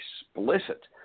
explicit